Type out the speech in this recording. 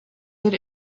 that